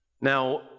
Now